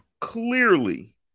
Clearly